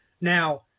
Now